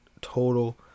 total